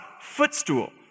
footstool